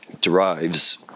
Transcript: derives